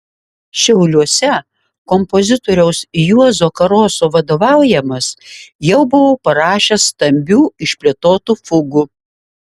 šiauliuose kompozitoriaus juozo karoso vadovaujamas jau buvau parašęs stambių išplėtotų fugų